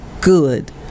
good